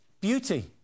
beauty